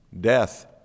Death